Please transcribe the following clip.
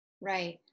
Right